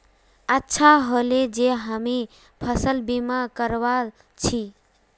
अच्छा ह ले जे हामी फसल बीमा करवाल छि